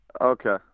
Okay